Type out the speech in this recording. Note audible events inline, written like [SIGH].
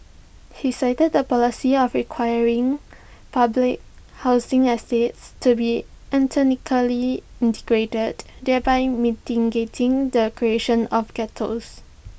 he cited the policy of requiring public housing estates to be [UNINTELLIGIBLE] integrated thereby mitigating the creation of ghettos